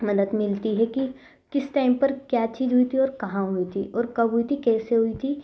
मदद मिलती है कि किस टाइम पर क्या चीज़ हुई थी और कहाँ हुई थी और कब हुई थी कैसे हुई थी